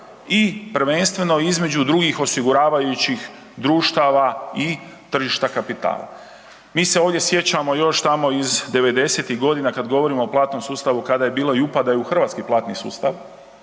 i prvenstveno između drugih osiguravajućih društava i tržišta kapitala. Mi se ovdje sjećamo još tamo iz 90-ih godina kad govorimo o platnom sustavu, kada je bilo i upada u Hrvatski platni sustav,